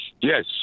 Yes